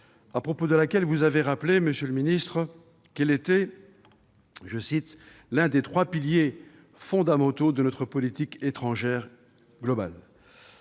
à propos de laquelle vous avez rappelé, monsieur le ministre, qu'elle était « l'un des trois piliers fondamentaux de notre politique étrangère globale ».